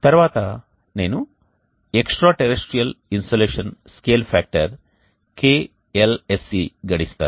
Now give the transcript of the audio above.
తర్వాత నేను extraterrestrial insolation scale factor kLSC గణిస్తాను